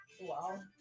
Wow